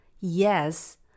Yes